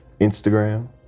Instagram